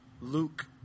luke